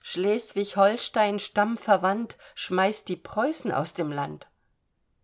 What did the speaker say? schleswig holstein stammverwandt schmeißt die preußen aus dem land